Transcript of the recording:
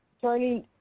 turning